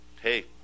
Hey